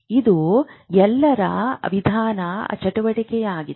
ಇದು ಎಲ್ಲರ ನಿಧಾನ ಚಟುವಟಿಕೆಯಾಗಿದೆ